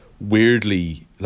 weirdly